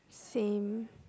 same